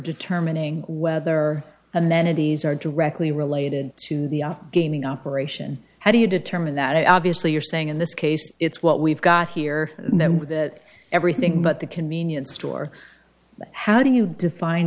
determining whether amenities are directly related to the gaming operation how do you determine that obviously you're saying in this case it's what we've got here then with that everything but the convenience store how do you define